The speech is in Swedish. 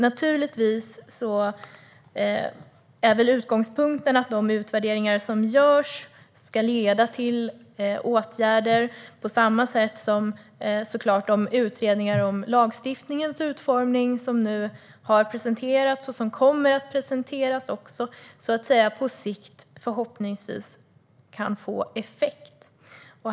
Naturligtvis är utgångspunkten att de utvärderingar som görs ska leda till åtgärder på samma sätt som såklart de utredningar om lagstiftningens utformning som nu har presenterats och som också kommer att presenteras på sikt förhoppningsvis kan få effekt.